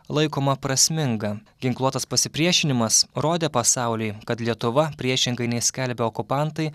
laikoma prasminga ginkluotas pasipriešinimas rodė pasauliui kad lietuva priešingai nei skelbia okupantai